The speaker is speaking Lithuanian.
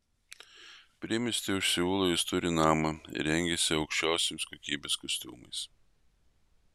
priemiestyje už seulo jis turi namą ir rengiasi aukščiausios kokybės kostiumais